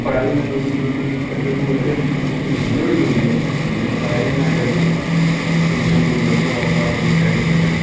पढ़ाई सां गॾु उन्हनि खे कुझु तज़ुर्बो अहिड़े ॾिनो की कुझु हुनुरु बि हुजे न त जीअं पढ़ाईअ सां गॾु कुझु पंहिंजो धंधो वापार बि करे सघनि